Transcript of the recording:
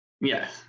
Yes